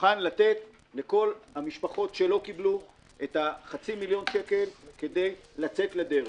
מוכן לתת לכל המשפחות שלא קיבלו את חצי מיליון השקלים כדי לצאת לדרך.